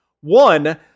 One